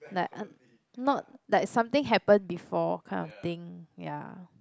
um not like something happen before kind of thing ya